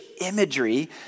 imagery